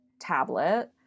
tablet